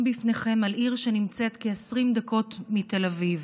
בפניכם על עיר שנמצאת כ-20 דקות מתל אביב.